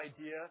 idea